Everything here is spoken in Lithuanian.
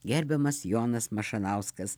gerbiamas jonas mašanauskas